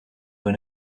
when